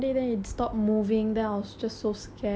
நீ எத்தனை வயசு இருக்கும் உனக்கு:ni etthanai vayasu irukkum unakku